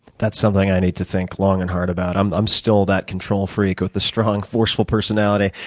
that's something i need to think long and hard about. i'm i'm still that control freak with the strong forceful personality.